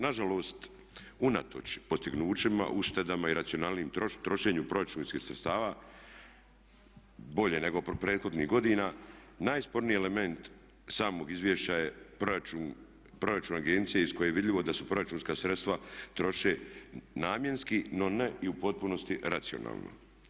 Nažalost unatoč postignućima, uštedama i racionalnijem trošenju proračunskih sredstava bolje nego prethodnih godina najsporniji element samog izvješća je proračun agencije iz koje je vidljivo da su proračunska sredstava troše namjenski no ne i u potpunosti racionalno.